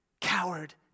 Coward